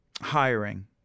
hiring